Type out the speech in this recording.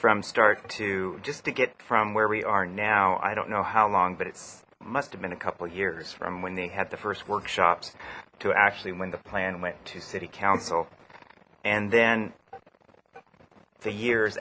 from start to just to get from where we are now i don't know how long but it must have been a couple years from when they had the first workshops to actually when the plan went to city council and then the years